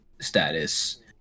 status